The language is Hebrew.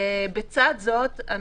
בצד זאת,